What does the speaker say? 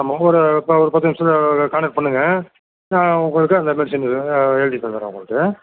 ஆமாம் ஒரு ஒரு பத்து நிமிஷத்தில் காண்டக்ட் பண்ணுங்க நான் உங்களுக்கு அந்த மெடிஷின் எழுதி தந்துறேன் உங்களுக்கு